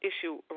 issue